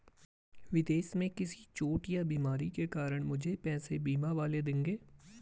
विदेश में किसी चोट या बीमारी के कारण मुझे पैसे बीमा वाले देंगे